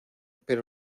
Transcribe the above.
pero